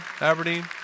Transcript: Aberdeen